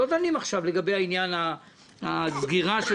לא דנים עכשיו לגבי עניין הסגירה של